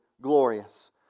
glorious